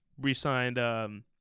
re-signed –